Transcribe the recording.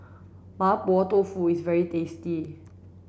Mapo Tofu is very tasty